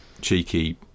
cheeky